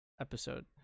episode